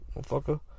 motherfucker